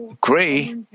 gray